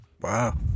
Wow